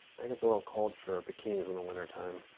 think it's a little cold for bikinis in the winter time.